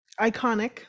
iconic